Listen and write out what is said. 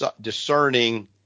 discerning